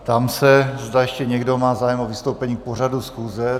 Ptám se, zda ještě někdo má zájem o vystoupení k pořadu schůze.